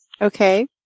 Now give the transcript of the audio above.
Okay